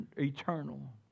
eternal